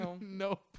nope